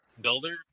builder